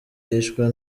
yishwe